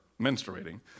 menstruating